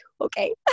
okay